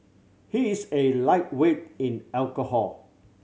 he is a lightweight in alcohol